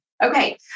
Okay